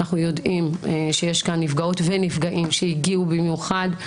אנחנו יודעים שיש כאן נפגעות ונפגעים שהגיעו במיוחד,